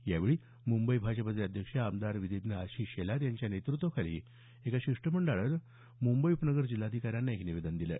यावेळी मुंबई भाजपचे अध्यक्ष आमदार विधीज्ञ आशिष शेलार यांच्या नेतृत्वाखाली एका शिष्टमंडळानं निवेदन म्ंबई उपनगर जिल्हाधिकाऱ्यांना दिलं